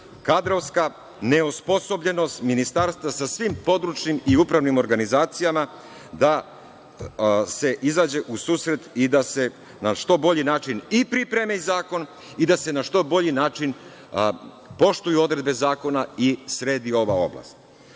kadrovska neosposobljenost ministarstva sa svim područnim i upravnim organizacijama da se izađe u susret i da se na što bolji način i pripremi zakon i da se na što bolji način poštuju odredbe zakona i sredi ova oblast. Moram